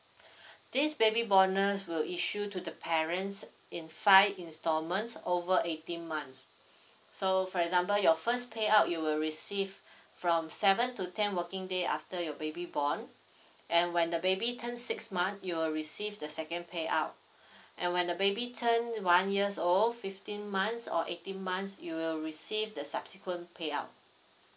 this baby bonus will issue to the parents in five installments over eighteen months so for example your first pay up you will receive from seven to ten working day after your baby born and when the baby turn six month you will receive the second payout and when the baby turn one years old fifteen months or eighteen months you will receive the subsequent payout